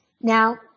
Now